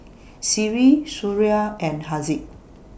Seri Suria and Haziq